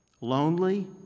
lonely